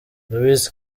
louise